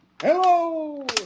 Hello